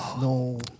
No